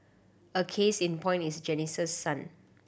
a case in point is Janice's son